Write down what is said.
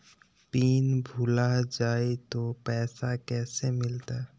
Pin भूला जाई तो पैसा कैसे मिलते?